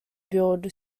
build